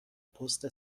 پست